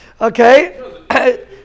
Okay